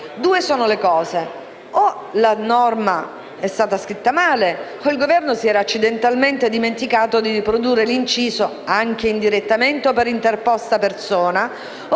due sono le cose: o la norma è stata scritta male o il Governo si era accidentalmente dimenticato di riprodurre l'inciso «anche indirettamente o per interposta persona»,